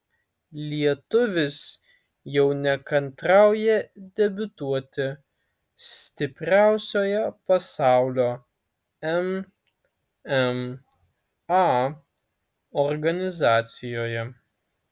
lietuvis jau nekantrauja debiutuoti stipriausioje pasaulio mma organizacijoje